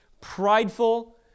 prideful